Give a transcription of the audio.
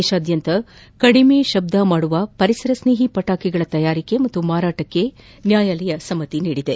ದೇಶಾದ್ಯಂತ ಕಡಿಮೆ ಶಬ್ಲದ ಮತ್ತು ಪರಿಸರ ಸ್ನೇಹಿ ಪಟಾಕಿಗಳ ತಯಾರಿಕೆ ಮತ್ತು ಮಾರಾಟಕ್ಕೆ ನ್ನಾಯಾಲಯ ಸಮ್ನತಿ ನೀಡಿದೆ